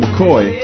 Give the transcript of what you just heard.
McCoy